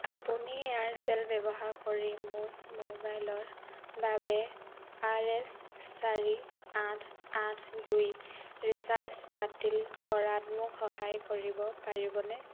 আপুনি এয়াৰচেল ব্যৱহাৰ কৰি মোৰ মোবাইলৰ বাবে আৰ এছ চাৰি আঠ আঠ দুই ৰিচাৰ্জ বাতিল কৰাত মোক সহায় কৰিব পাৰিবনে